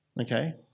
Okay